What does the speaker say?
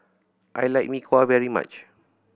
I like Mee Kuah very much